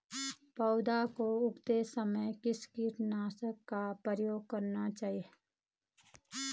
पौध को उगाते समय किस कीटनाशक का प्रयोग करना चाहिये?